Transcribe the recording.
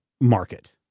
market